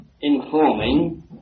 informing